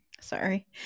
sorry